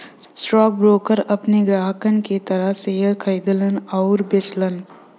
stockbroker अपने ग्राहकन के तरफ शेयर खरीदलन आउर बेचलन